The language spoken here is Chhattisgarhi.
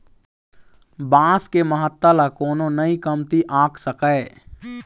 बांस के महत्ता ल कोनो नइ कमती आंक सकय